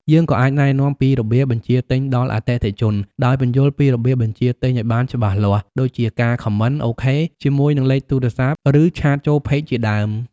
យើងក៏អាចណែនាំពីរបៀបបញ្ជាទិញដល់អតិថិជន ដោយពន្យល់ពីរបៀបបញ្ជាទិញឲ្យបានច្បាស់លាស់ ដូចជា ការ Comment OK ជាមួយនឹងលេខទូរស័ព្ទ ឬឆាតចូល Page ជាដើម។